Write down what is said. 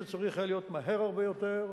זה צריך היה להיות מהר הרבה יותר,